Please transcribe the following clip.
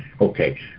okay